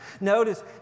Notice